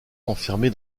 enfermée